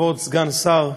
כבוד סגן השר,